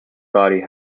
body